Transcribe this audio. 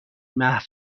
محو